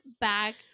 back